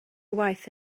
waith